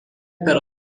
per